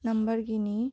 Lamborghini